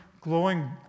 glowing